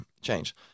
change